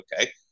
okay